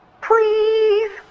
Please